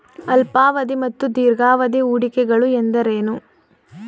ಅಲ್ಪಾವಧಿ ಮತ್ತು ದೀರ್ಘಾವಧಿ ಹೂಡಿಕೆಗಳು ಎಂದರೇನು?